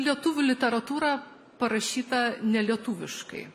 lietuvių literatūra parašyta ne lietuviškai